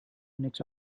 unix